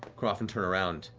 go off and turn around.